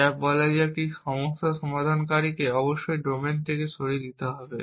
যা বলে যে একটি সমস্যা সমাধানকারীকে অবশ্যই ডোমেইন থেকে সরিয়ে দিতে হবে